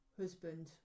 husband